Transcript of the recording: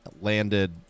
landed